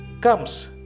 comes